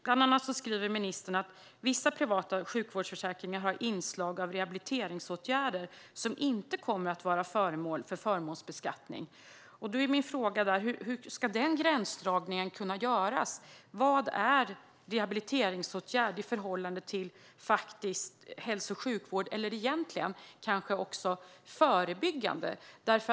Bland annat sa ministern att vissa privata sjukvårdsförsäkringar har inslag av rehabiliteringsåtgärder som inte kommer att vara föremål för förmånsbeskattning. Hur ska denna gränsdragning göras? Vad är rehabiliteringsåtgärd i förhållande till faktisk hälso och sjukvård eller förbyggande insatser?